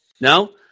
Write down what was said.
no